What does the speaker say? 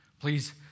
Please